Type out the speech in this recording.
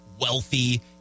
wealthy